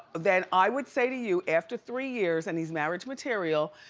then i would say to you, after three years, and he's marriage material,